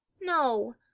No